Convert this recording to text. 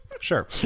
Sure